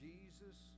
Jesus